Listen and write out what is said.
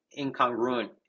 incongruent